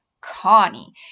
Connie